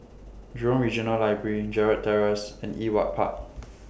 Jurong Regional Library Gerald Terrace and Ewart Park